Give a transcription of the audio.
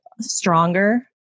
stronger